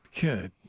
Good